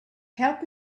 help